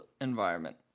environment